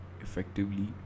effectively